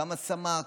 כמה סמ"ק,